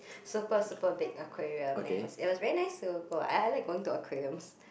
super super big aquarium then it was it was very nice to go I I like going to aquariums